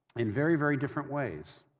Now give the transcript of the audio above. in very, very different ways.